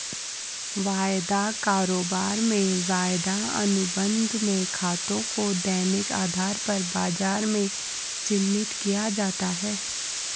वायदा कारोबार में वायदा अनुबंध में खातों को दैनिक आधार पर बाजार में चिन्हित किया जाता है